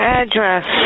address